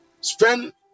Spend